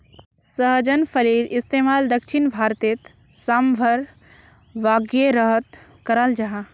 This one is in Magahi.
सहजन फलिर इस्तेमाल दक्षिण भारतोत साम्भर वागैरहत कराल जहा